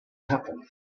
happen